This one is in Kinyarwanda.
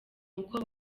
uko